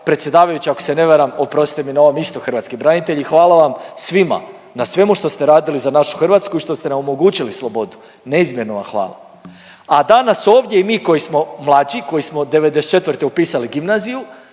predsjedavajući ako se ne varam, oprostite mi na ovom isto hrvatski branitelj i hvala vam svima na svemu što ste radili za našu Hrvatsku i što ste nam omogućili slobodu, neizmjerno vam hvala. A danas ovdje mi koji smo mlađi, koji smo '94. upisali gimnaziju